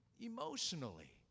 emotionally